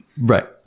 right